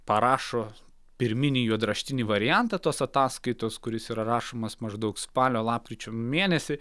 parašo pirminį juodraštinį variantą tos ataskaitos kuris yra rašomas maždaug spalio lapkričio mėnesį